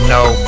No